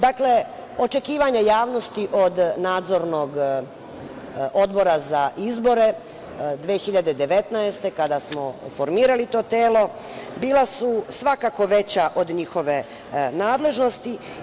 Dakle, očekivanja javnosti od Nadzornog odbora za izbore 2019. godine, kada smo formirali to telo bila su svakako veća od njihove nadležnosti.